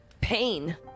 pain